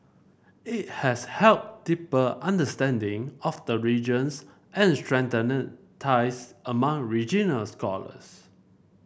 it has helped deeper understanding of the regions and strengthened ties among regional scholars